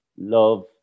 Love